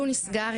התיק נסגר